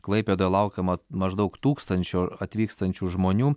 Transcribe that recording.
klaipėdoje laukiama maždaug tūkstančio atvykstančių žmonių